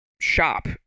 shop